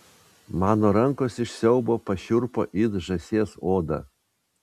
mano rankos iš siaubo pašiurpo it žąsies oda